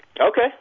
Okay